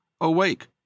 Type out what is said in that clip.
Awake